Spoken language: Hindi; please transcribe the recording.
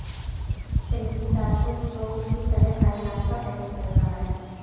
चने की दाल को स्प्रोउट की तरह खाये जाने का फैशन चल रहा है